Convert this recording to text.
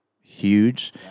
huge